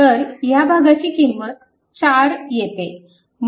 तर ह्या भागाची किंमत 4 येते